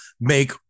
make